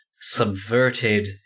subverted